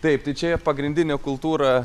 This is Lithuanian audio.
taip tai čia pagrindinė kultūra